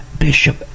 bishop